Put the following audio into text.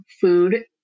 food